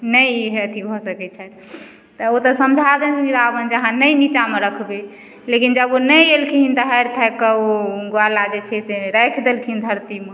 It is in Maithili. ने ई अथी भऽ सकय छथि तऽ ओ तऽ समझा देने रहथिन रावण जे अहाँ ने निच्चामे रखबय लेकिन जब ओ नहि अयलखिन तऽ हारि थाकिके ओ ग्वाला जे छै से राखि देलखिन धरतीमे